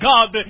God